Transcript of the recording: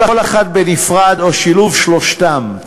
"כל אחת בנפרד או שילוב שלושתן.